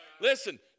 Listen